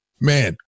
man